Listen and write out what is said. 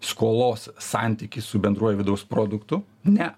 skolos santykį su bendruoju vidaus produktu ne